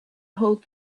hold